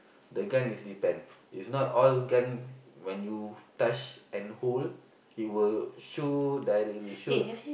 the gun is depend is not all gun when you touch and hold it will shoot directly shoot